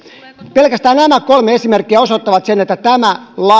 pelkästään nämä kolme esimerkkiä osoittavat sen että tämä